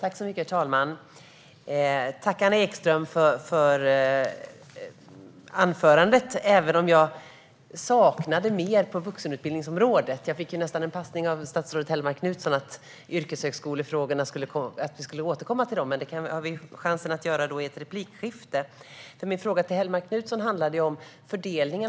Herr talman! Tack, Anna Ekström, för anförandet! Jag hade dock velat höra mer om vuxenutbildningsområdet. Jag fick en passning från statsrådet Helene Hellmark Knutsson att vi skulle återkomma till yrkeshögskolefrågorna, och det får vi chans att göra i ett replikskifte. Min fråga till Hellmark Knutsson handlade om fördelning.